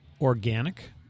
organic